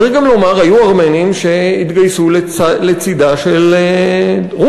צריך גם לומר, היו ארמנים שהתגייסו לצדה של רוסיה